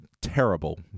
Terrible